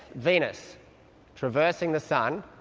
venus traversing the sun,